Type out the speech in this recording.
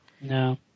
No